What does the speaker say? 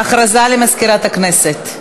בעד, 39 חברי כנסת,